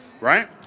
right